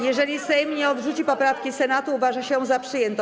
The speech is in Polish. Jeżeli Sejm nie odrzuci poprawki Senatu, uważa się ją za przyjętą.